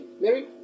mary